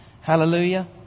Hallelujah